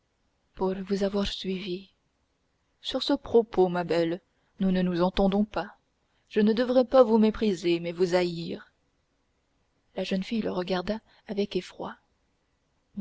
pour vous avoir suivi sur ce propos ma belle nous ne nous entendons pas je ne devrais pas vous mépriser mais vous haïr la jeune fille le regarda avec effroi